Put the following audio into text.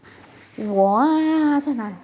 !wah! 再来